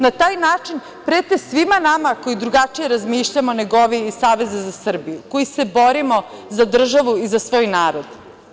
Na taj način prete svima nama koji drugačije razmišljamo nego iz Saveza za Srbiju, koji se borimo za državu i za svoj narod.